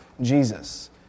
Jesus